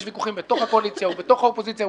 יש ויכוחים בתוך הקואליציה ובתוך האופוזיציה,